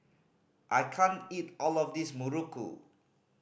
I can't eat all of this muruku